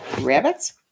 rabbits